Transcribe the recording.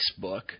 Facebook